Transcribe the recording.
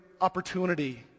opportunity